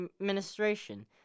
administration